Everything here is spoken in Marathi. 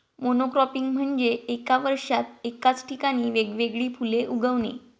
मोनोक्रॉपिंग म्हणजे एका वर्षात एकाच ठिकाणी वेगवेगळी फुले उगवणे